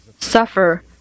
suffer